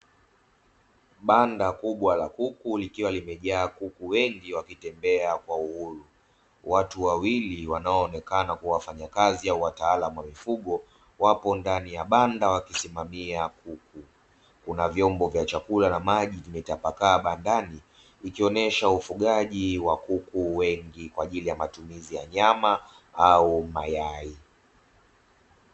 Banda kubwa la kuku likiwa limejaa kuku wengi wakitembea kwa uhuru, watu wawili wanaonekana kuwa wafanyakazi au wataalamu wa mifugo wapo ndani ya banda wakisimamia kuku. Kuna vyombo vya chakula na maji vimetapakaa bandani, ikionyesha ufugaji wa kuku wengi kwa ajili ya matumizi ya nyama au mayai.